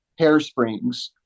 hairsprings